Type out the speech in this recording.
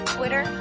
Twitter